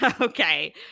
Okay